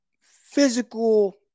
physical